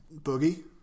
Boogie